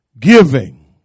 giving